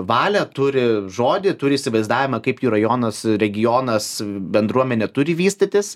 valią turi žodį turi įsivaizdavimą kaip jų rajonas regionas bendruomenė turi vystytis